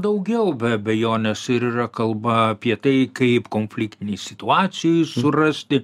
daugiau be abejonės ir yra kalba apie tai kaip konfliktinėj situacijoj surasti